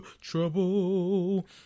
trouble